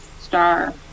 star